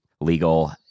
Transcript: Legal